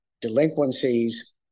delinquencies